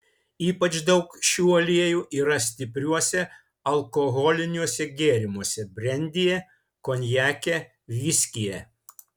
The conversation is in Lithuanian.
ypač daug šių aliejų yra stipriuose alkoholiniuose gėrimuose brendyje konjake viskyje